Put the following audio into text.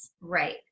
Right